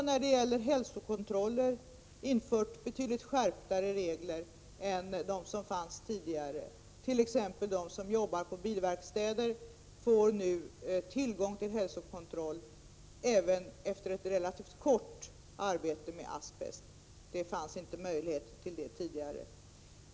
När det gäller hälsokontroller har vi infört regler som är betydligt strängare än de som fanns tidigare. De som jobbar på bilverkstäder t.ex. får nu tillgång till hälsokontroller, även om de endast under en relativt kort tid har arbetat med asbest. Den möjligheten fanns inte tidigare.